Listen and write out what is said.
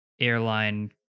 airline